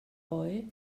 boy